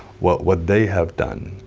what what they have done,